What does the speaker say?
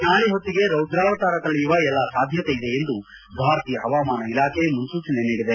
ನಾಳೆಯ ಹೊತ್ತಿಗೆ ರೌದ್ರವತಾರ ತಳೆಯುವ ಎಲ್ಲಾ ಸಾಧ್ಯತೆ ಇದೆ ಎಂದು ಭಾರತೀಯ ಹವಾಮಾನ ಇಲಾಖೆ ಮುನ್ಲೂಚನೆ ನೀಡಿದೆ